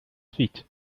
feet